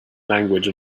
language